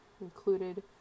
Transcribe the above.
included